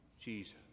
Jesus